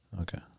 Okay